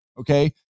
okay